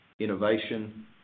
innovation